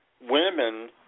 women